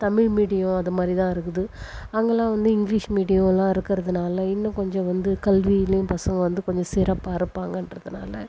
Tamil medium அதை மாதிரிதா இருக்குது அங்கெலாம் வந்து இங்கிலீஷ் மீடியமெலாம் இருக்கிறதுனால இன்னும் கொஞ்சம் வந்து கல்வியிலும் பசங்கள் வந்து கொஞ்சம் சிறப்பாக இருப்பாங்கன்றதனால